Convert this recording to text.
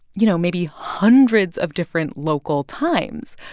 you know, maybe hundreds of different local times.